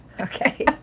Okay